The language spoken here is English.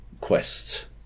quest